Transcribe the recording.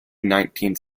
nineteenth